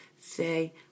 say